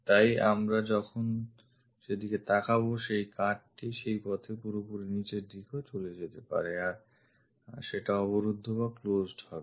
তাই আমরা যখন সেদিকে তাকাবো সেই কাট টি সেইপথে পুরোপুরি নিচের দিকেও চলে যেতে পারে আর সেটা অবরুদ্ধ বা closed হবে